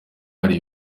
hari